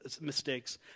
mistakes